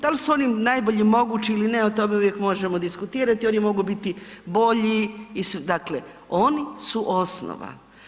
Da li su oni najbolji mogući ili ne, o tome uvijek možemo diskutirati, oni mogu biti bolji i dakle oni su osnova.